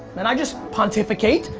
and i just pontificate,